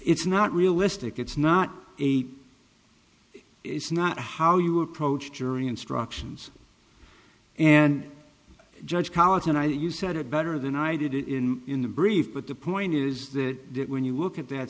it's not realistic it's not a it's not how you approach jury instructions and judge college and i you said it better than i did it in in the brief but the point is that when you look at that